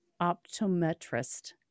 optometrist